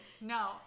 No